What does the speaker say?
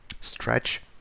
Stretch